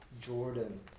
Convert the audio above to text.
Jordan